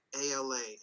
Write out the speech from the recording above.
ALA